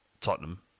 Tottenham